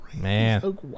man